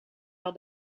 wel